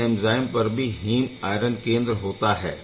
इन enzyme पर भी haem iron केंद्र होता है